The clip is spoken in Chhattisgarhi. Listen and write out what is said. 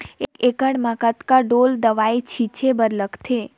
एक एकड़ म कतका ढोल दवई छीचे बर लगथे?